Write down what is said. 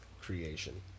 creation